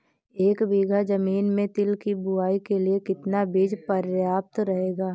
एक बीघा ज़मीन में तिल की बुआई के लिए कितना बीज प्रयाप्त रहेगा?